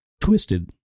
twisted